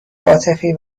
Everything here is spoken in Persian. عاطفی